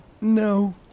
No